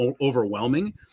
overwhelming